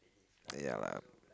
yeah lah